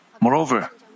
Moreover